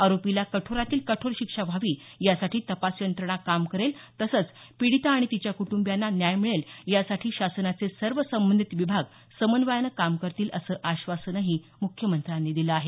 आरोपीला कठोरातील कठोर शिक्षा व्हावी यासाठी तपास यंत्रणा काम करेल तसंच पिडीता आणि तिच्या कुटुंबीयांना न्याय मिळेल यासाठी शासनाचे सर्व संबंधित विभाग समन्वयानं काम करतील असं आश्वासनही मुख्यमंत्र्यांनी दिलं आहे